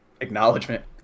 Acknowledgement